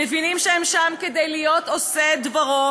הם מבינים שהם שם כדי להיות עושי דברו